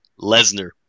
Lesnar